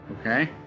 Okay